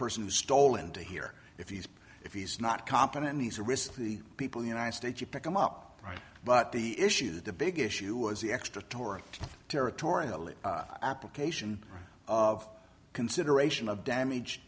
person who stole into here if he's if he's not competent he's a risky people united states you pick him up right but the issue the big issue is the extra tort territorially application of consideration of damage